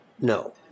No